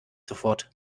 sofort